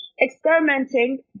experimenting